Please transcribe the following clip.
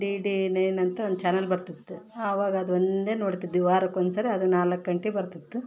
D D nine ಅಂತ ಒಂದು channel ಬರ್ತಿತ್ತು ಆವಾಗ ಅದು ಒಂದೇ ನೋಡ್ತಿದ್ವಿ ವಾರಕ್ಕೆ ಒಂದುಸಲ ಅದು ನಾಲ್ಕು ಗಂಟೆ ಬರ್ತಿತ್ತು